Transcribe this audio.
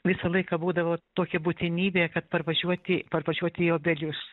visą laiką būdavo tokia būtinybė kad parvažiuoti parvažiuoti į obelius